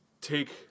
take